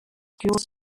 jules